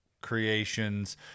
creations